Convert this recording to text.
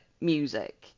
music